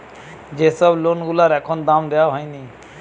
যে সব লোন গুলার এখনো দাম দেওয়া হয়নি